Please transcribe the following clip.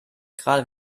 gerade